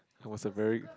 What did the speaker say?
I was a very